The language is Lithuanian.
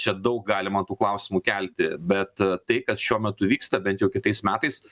čia daug galima tų klausimų kelti bet tai kas šiuo metu vyksta bent jau kitais metais